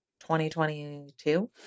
2022